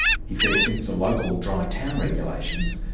he says since the local dry town regulations,